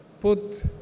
put